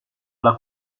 alla